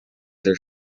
their